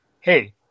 hey